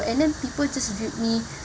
and then people just viewed me